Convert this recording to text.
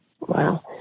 Wow